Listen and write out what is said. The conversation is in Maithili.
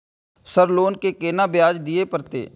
सर लोन के केना ब्याज दीये परतें?